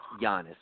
Giannis